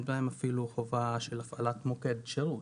בהן אפילו חובה של הפעלת מוקד שירות,